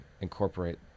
incorporate